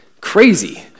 crazy